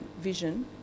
vision